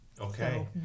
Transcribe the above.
Okay